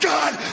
God